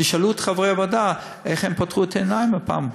תשאלו את חברי הוועדה איך הם פתחו את העיניים הפעם.